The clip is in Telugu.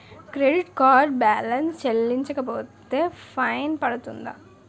క్రెడిట్ కార్డ్ బాలన్స్ చెల్లించకపోతే ఫైన్ పడ్తుంద?